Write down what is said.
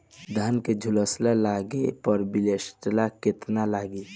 धान के झुलसा लगले पर विलेस्टरा कितना लागी?